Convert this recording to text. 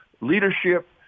leadership